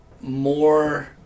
more